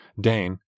Dane